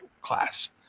class